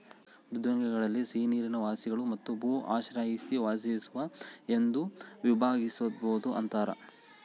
ಮೃದ್ವಂಗ್ವಿಗಳಲ್ಲಿ ಸಿಹಿನೀರಿನ ವಾಸಿಗಳು ಮತ್ತು ಭೂಮಿ ಆಶ್ರಯಿಸಿ ವಾಸಿಸುವ ಎಂದು ವಿಭಾಗಿಸ್ಬೋದು ಅಂತಾರ